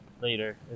later